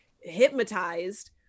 hypnotized